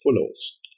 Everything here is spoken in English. follows